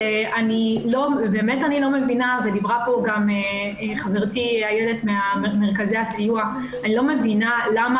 אני באמת לא מבינה ודיברה כאן חברתי איילת רזין ממרכזי הסיוע למה